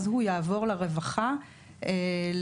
ואז הוא יעבור לרווחה לטיפול.